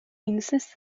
insists